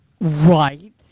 Right